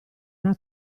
una